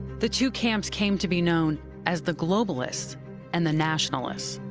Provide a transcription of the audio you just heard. the two camps came to be known as the globalists and the nationalists.